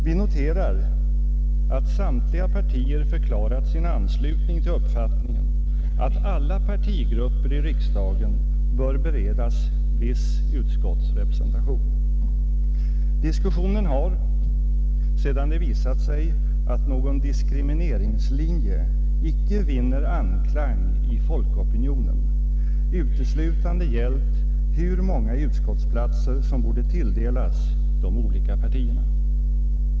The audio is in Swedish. Vi noterar att samtliga partier förklarat sin anslutning till uppfatt ningen att alla partigrupper i riksdagen bör beredas viss utskottsrepresentation. Diskussionen har, sedan det visat sig att någon diskrimineringslinje icke vinner anklang i folkopinionen, uteslutande gällt hur många utskottsplatser som borde tilldelas de olika partierna.